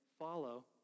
follow